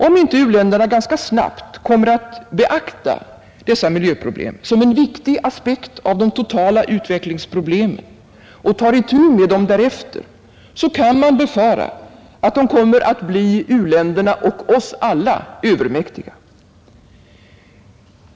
Om inte u-länderna ganska snabbt kommer att beakta dessa miljöproblem som en viktig aspekt av de totala utvecklingsproblemen och tar itu med dem därefter, kan man befara att de kommer att bli u-länderna och oss alla övermäktiga.